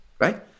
right